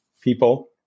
people